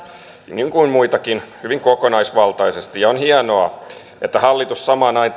niin kuin muitakin hyvin kokonaisvaltaisesti ja on hienoa että hallitus samaan